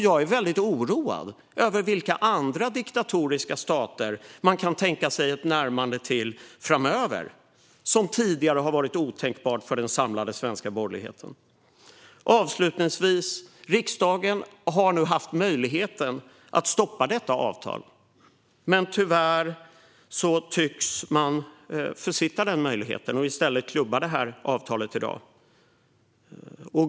Jag är väldigt oroad över vilka andra diktatoriska stater man kan tänka sig ett närmande till framöver, som tidigare har varit otänkbara för den samlade svenska borgerligheten. Avslutningsvis har nu riksdagen haft möjligheten att stoppa detta avtal. Tyvärr tycks man försitta den möjligheten och i stället klubba detta avtal i dag.